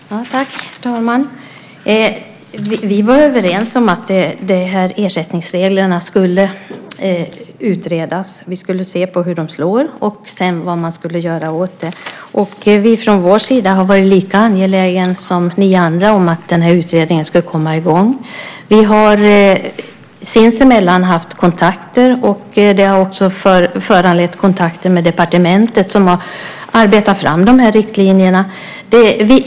Herr talman! Vi var överens om att det var ersättningsreglerna som skulle utredas. Vi skulle se på hur de slår och vad man skulle göra åt det. Vi har från vår sida varit lika angelägna som ni andra om att utredningen ska komma i gång. Vi har sinsemellan haft kontakter. Det har också föranlett kontakter med departementet som har arbetat fram riktlinjerna.